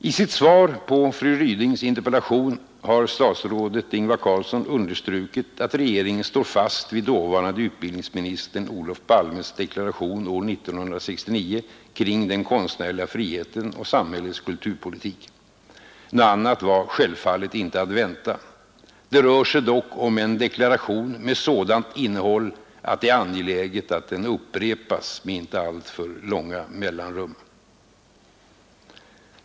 I sitt svar på fru Rydings interpellation har statsrådet Ingvar Carlsson understrukit, att regeringen står fast vid dåvarande utbildningsministern Olof Palmes deklaration år 1969 kring den konstnärliga friheten och samhällets kulturpolitik. Något annat var självfallet inte att vänta. Det rör sig dock om en deklaration med sådant innehåll att det är angeläget att den upprepas med inte alltför långa mellanrum.